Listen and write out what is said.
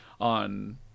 on